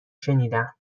شنیدم